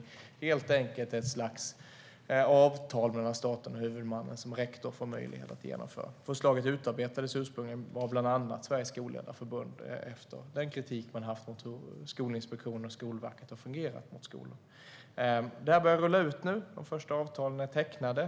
Det blir helt enkelt ett slags avtal mellan staten och huvudmannen som rektorn får möjlighet att genomföra. Förslaget utarbetades ursprungligen av bland annat Sveriges Skolledarförbund efter den kritik man haft mot hur Skolinspektionen och Skolverket fungerat mot skolor. Det här börjar rulla ut nu. De första avtalen är tecknade.